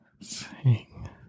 Sing